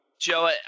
Joe